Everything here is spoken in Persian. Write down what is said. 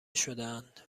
شدهاند